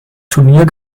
turnier